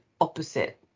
opposite